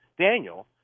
Daniel